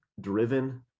driven